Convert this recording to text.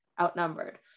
outnumbered